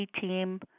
Team